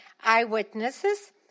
eyewitnesses